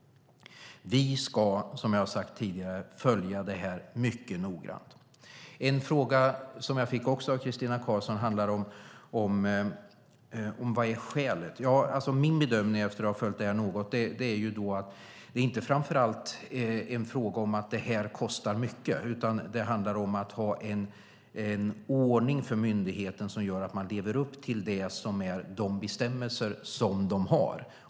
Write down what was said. Vi ska, som jag har sagt tidigare, följa det här mycket noggrant. En fråga som jag också fick av Christina Karlsson handlar om vad skälet till detta är. Min bedömning efter att ha följt det här något är att det inte framför allt är en fråga om att det här kostar mycket, utan det handlar om att ha en ordning för myndigheten som gör att de lever upp till de bestämmelser som de har.